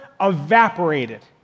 evaporated